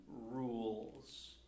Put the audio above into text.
rules